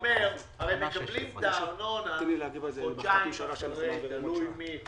שאומר הרי מקבלים את הארנונה חודשיים אחרי - תלוי מי,